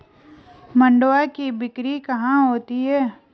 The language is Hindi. मंडुआ की बिक्री कहाँ होती है?